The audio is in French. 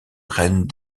reine